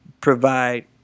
provide